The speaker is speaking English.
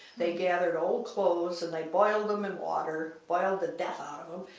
they gathered old clothes and they boiled them in water, boiled the death out of them,